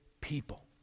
people